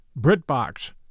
BritBox